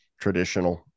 traditional